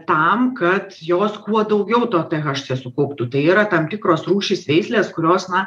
tam kad jos kuo daugiau to tė haš cė sukauptų tai yra tam tikros rūšys veislės kurios na